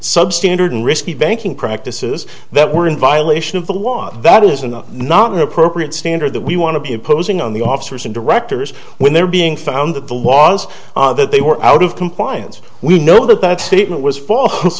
substandard risky banking practices that were in violation of the law that is in the not an appropriate standard that we want to be imposing on the officers and directors when they're being found that the laws that they were out of compliance we know that that statement was fal